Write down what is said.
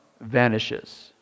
Vanishes